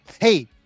Hey